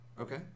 okay